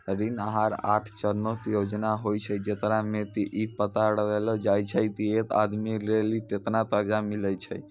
ऋण आहार आठ चरणो के योजना होय छै, जेकरा मे कि इ पता लगैलो जाय छै की एक आदमी लेली केतना कर्जा मिलै छै